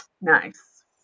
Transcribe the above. nice